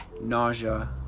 nausea